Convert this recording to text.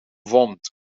wond